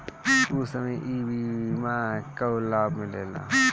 ऊ समय ई बीमा कअ लाभ मिलेला